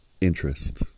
interest